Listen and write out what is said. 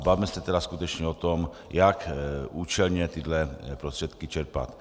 Bavme se tedy skutečně o tom, jak účelně tyhle prostředky čerpat.